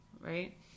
right